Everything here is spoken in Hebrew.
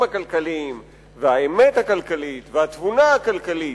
הכלכליים והאמת הכלכלית והתבונה הכלכלית,